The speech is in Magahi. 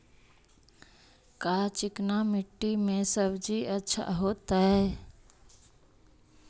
का चिकना मट्टी में सब्जी अच्छा होतै?